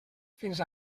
fins